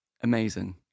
Amazing